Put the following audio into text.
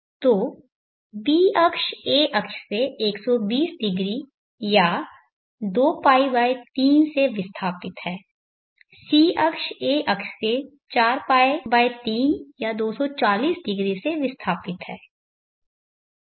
तो b अक्ष a अक्ष से 1200 या 2π3 से विस्थापित है c अक्ष a अक्ष से 4π3 या 2400 से विस्थापित है